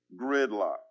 gridlock